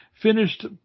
Finished